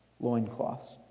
loincloths